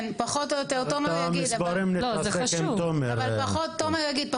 תומר יגיד.